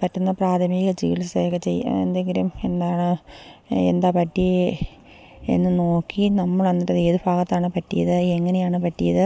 പറ്റുന്ന പ്രാഥമിക ചികിത്സയൊക്കെ എന്തെങ്കിലും എന്താണ് എന്താണ് പറ്റിയത് എന്ന് നോക്കി നമ്മളെന്നിട്ടത് ഏത് ഭാഗത്താണ് പറ്റിയത് എങ്ങനെയാണ് പറ്റിയത്